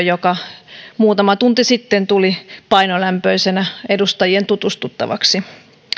joka muutama tunti sitten tuli painolämpöisenä edustajien tutustuttavaksi